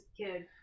kid